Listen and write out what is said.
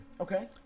Okay